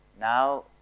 now